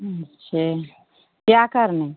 अच्छे क्या करने